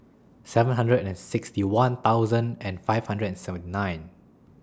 seven hundred and sixty one thousand and five hundred and seventy nine